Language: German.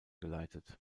geleitet